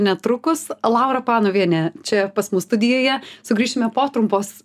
netrukus laura panovienė čia pas mus studijoje sugrįšime po trumpos